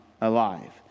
alive